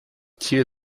tier